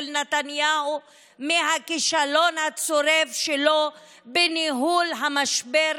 נתניהו מהכישלון הצורב שלו בניהול המשבר,